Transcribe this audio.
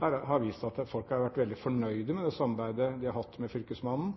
har vist at folk har vært veldig fornøyd med det samarbeidet de har hatt med fylkesmannen.